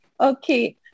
Okay